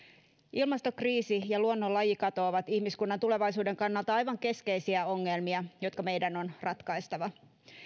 ilmastokriisi ja luonnon lajikato ovat ihmiskunnan tulevaisuuden kannalta aivan keskeisiä ongelmia jotka meidän on ratkaistava